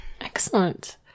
excellent